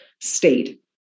state